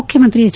ಮುಖ್ಯಮಂತ್ರಿ ಎಚ್